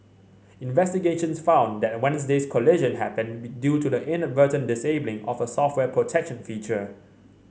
investigations found that Wednesday's collision happened due to the inadvertent disabling of a software protection feature